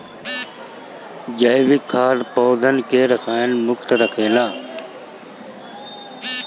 जैविक खाद पौधन के रसायन मुक्त रखेला